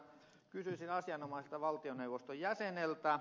kysyisin asianomaiselta valtioneuvoston jäseneltä